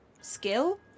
Skill